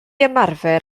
ymarfer